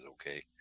okay